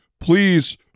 Please